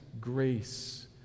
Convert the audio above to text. grace